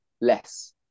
less